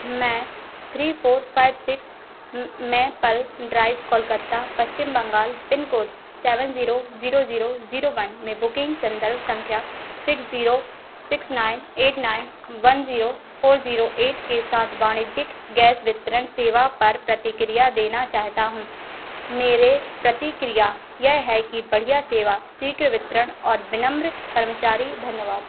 मैं three four five six मैं पेल drive Kolkata Paschim Bengal pin code seven zero zero zero bank में बुकिंग संदर्भ संख्या six zero six nine eight nine one zero four zero eight के साथ वाणिज्यिक गैस वितरण सेवा पर प्रतिक्रिया देना चाहता हूँ मेरी प्रतिक्रिया यह है कि बढ़िया सेवा शीघ्र वितरण और विनम्र कर्मचारी धन्यवाद